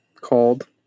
called